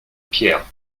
pierre